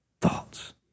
thoughts